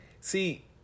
See